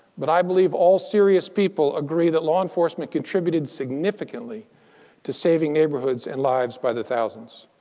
but i believe all serious people agree that law enforcement contributed significantly to saving neighborhoods and lives by the thousands.